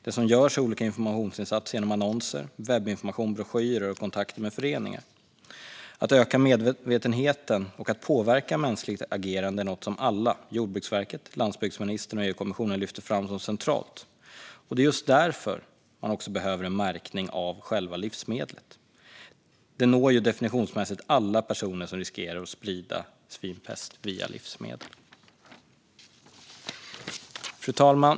Det som görs är olika informationsinsatser genom annonser, webbinformation, broschyrer och kontakter med föreningar. Att öka medvetenheten och att påverka mänskligt agerande är något som alla - Jordbruksverket, landsbygdsministern och EU-kommissionen - lyfter fram som centralt. Det är just därför man behöver en märkning av själva livsmedlet. Det når ju definitionsmässigt alla personer som riskerar att sprida svinpest via livsmedel. Fru talman!